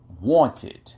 wanted